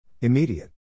Immediate